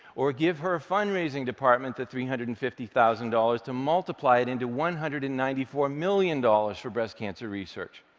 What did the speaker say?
or give her fundraising department the three hundred and fifty thousand dollars to multiply it into one hundred and ninety four million dollars for breast cancer research?